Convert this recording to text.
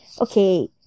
okay